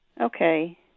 Okay